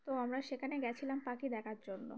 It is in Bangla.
তো আমরা সেখানে গিয়েছিলাম পাখি দেখার জন্য